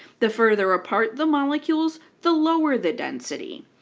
the further apart the molecules, the lower the density.